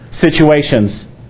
situations